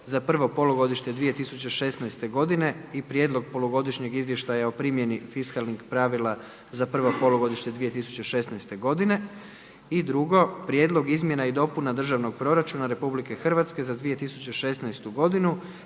za prvo polugodište 2016. godine i Prijedlog polugodišnjeg izvještaja o primjeni fiskalnih pravila za prvo polugodište 2016. godine i drugo 4. Prijedlog izmjena i dopuna Državnog proračuna RH za 2016. godinu